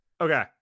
Okay